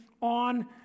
on